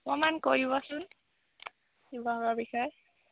অকমান কৈ দিবচোন শিৱসাগৰৰ বিষয়ে